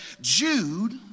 Jude